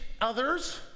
others